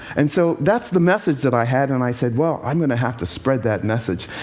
and so that's the message that i had. and i said, well, i'm going to have to spread that message.